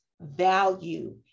value